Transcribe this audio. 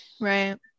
Right